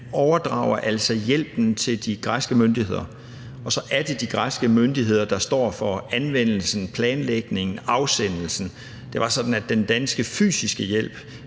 overdrager hjælpen til de græske myndigheder, og så er det de græske myndigheder, der står for anvendelsen, planlægningen og afsendelsen. Det var sådan, at den danske fysiske hjælp